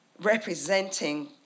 representing